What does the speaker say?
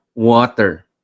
water